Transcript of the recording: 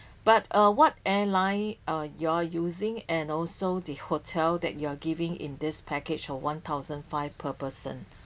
but uh what airline uh you're using and also the hotel that you're giving in this package of one thousand five per person